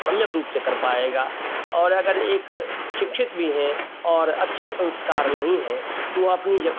सम्यक रूप से कर पाएगा और अगर एक शिक्षित भी हैं और अच्छे संस्कार नहीं हैं तो अपनी ज